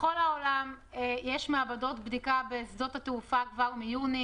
בכל העולם יש מעבדות בדיקה בשדות התעופה כבר מחודש יוני.